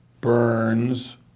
Burns